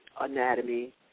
anatomy